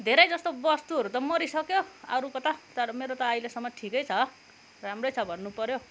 धेरै जस्तो बस्तुहरू त मरिसक्यो अरूको त तर मेरो त अहिलेसम्म ठिकै छ राम्रै छ भन्नु पऱ्यो